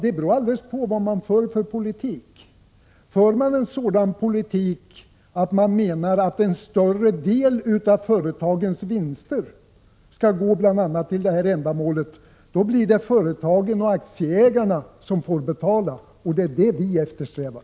Det beror alldeles på vilken politik man för. Om man menar att en större del av företagens vinster skall gå bl.a. till detta ändamål, då blir det företagen och aktieägarna som får betala. Och det är detta som vi eftersträvar.